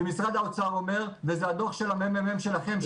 זה משרד האוצר אומר וזה הדו"ח של הממ"מ שלכם אומר.